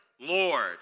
Lord